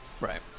right